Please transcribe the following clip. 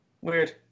Weird